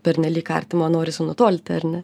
pernelyg artimo norisi nutolti ar ne